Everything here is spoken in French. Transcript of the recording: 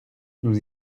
nous